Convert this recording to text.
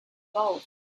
both